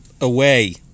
away